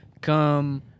come